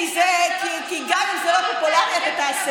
כי גם אם זה לא פופולרי אתה תעשה.